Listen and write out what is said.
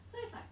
so it's like